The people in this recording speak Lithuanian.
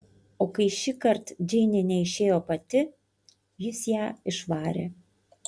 o kai šįkart džeinė neišėjo pati jis ją išvarė